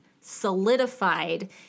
solidified